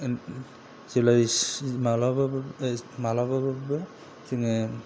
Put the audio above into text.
माब्लाबाबो जोङो